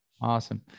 Awesome